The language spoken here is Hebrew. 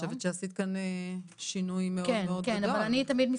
אני חושבת שעשית כאן שינוי מאוד מאוד גדול.